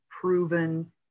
proven